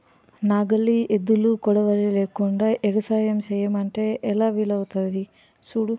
నాగలి, ఎద్దులు, కొడవలి లేకుండ ఎగసాయం సెయ్యమంటే ఎలా వీలవుతాది సూడు